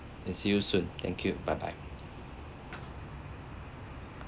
and see you soon thank you bye bye